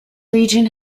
region